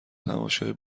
تماشای